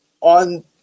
on